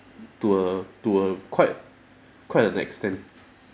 to a to a quite quite an extent